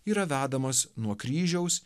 yra vedamas nuo kryžiaus